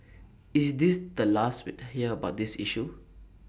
is this the last we'd hear about this issue